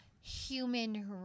human